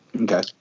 Okay